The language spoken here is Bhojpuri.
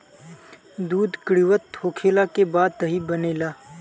दूध किण्वित होखला के बाद दही बनेला